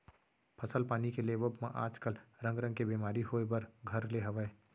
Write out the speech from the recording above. फसल पानी के लेवब म आज काल रंग रंग के बेमारी होय बर घर ले हवय